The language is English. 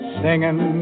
singing